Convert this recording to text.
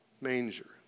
Manger